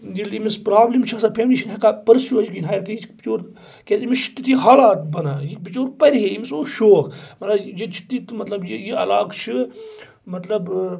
ییٚلہ أمِس پرابلِم چھِ آسان فیملی چھنہٕ ہیٚکان پٔرسو ایٚجوکیشن ہایر کٔرتھ یہِ چھُ بِچوٗر کیازِ أمِس چھُ تِتھۍ حالات بنان یہِ بِچوٗر پرِ ہے أمِس اوس شوق مگر ییٚتہِ چھُ تیٚتھ مطلب یہِ یہِ علاقہ چھُ مطلب